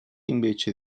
invece